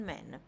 Men